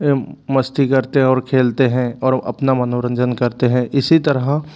मस्ती करते हैं और खेलते हैं और अपना मनोरंजन करते हैं इसी तरह